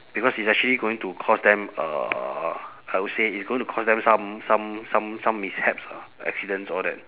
because it's actually going to cause them uh I would say it's going to cause them some some some some mishaps lah accidents all that